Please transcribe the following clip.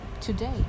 today